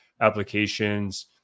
applications